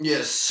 Yes